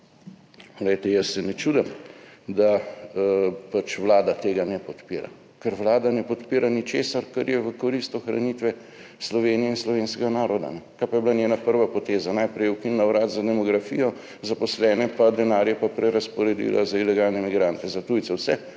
sprejeli. Jaz se ne čudim, da vlada tega ne podpira, ker vlada ne podpira ničesar, kar je v korist ohranitve Slovenije in slovenskega naroda. Kaj pa je bila njena prva poteza? Najprej je ukinila Urad za demografijo, zaposlene in denar je pa prerazporedila za ilegalne migrante. Za tujce